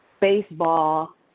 baseball